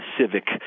civic